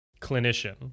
clinician